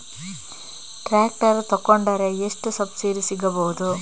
Tractor ತೊಕೊಂಡರೆ ಎಷ್ಟು subsidy ಸಿಗಬಹುದು?